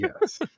Yes